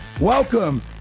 welcome